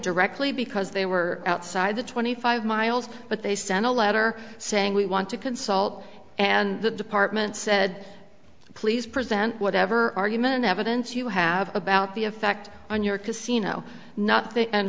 directly because they were outside the twenty five miles but they sent a letter saying we want to consult and the department said please present whatever argument evidence you have about the effect on your casino n